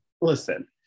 listen